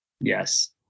yes